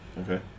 Okay